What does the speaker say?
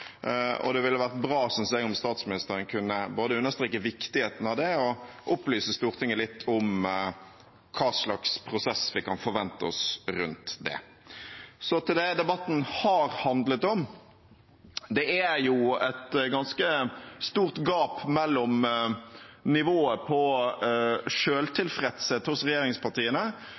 det ville vært bra om statsministeren kunne både understreke viktigheten av det og opplyse Stortinget litt om hva slags prosess vi kan forvente oss rundt det. Så til det debatten har handlet om: Det er et ganske stort gap mellom nivået på selvtilfredshet hos regjeringspartiene